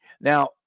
Now